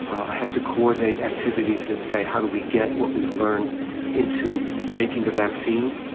ah have to coordinate activities that say, how do we get what we've learned into making a vaccine?